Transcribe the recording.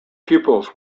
pupils